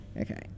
Okay